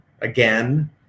again